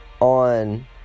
On